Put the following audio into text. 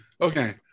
okay